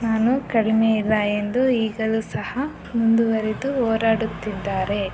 ನಾನು ಕಡಿಮೆ ಇಲ್ಲ ಎಂದು ಈಗಲೂ ಸಹ ಮುಂದುವರಿದು ಹೋರಾಡುತ್ತಿದ್ದಾರೆ